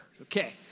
Okay